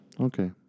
okay